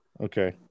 Okay